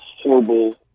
horrible